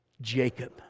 Jacob